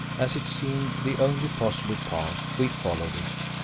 as it seemed the only possible path, we followed it,